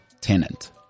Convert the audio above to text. tenant